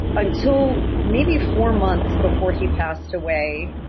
until maybe four months before he passed away,